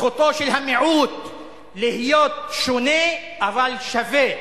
זכותו של המיעוט להיות שונה אבל שווה.